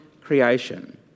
creation